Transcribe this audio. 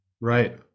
Right